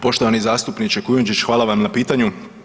Poštovani zastupniče Kujundžić, hvala vam na pitanju.